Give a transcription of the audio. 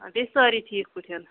بیٚیہِ سٲری ٹھیک پٲٹھۍ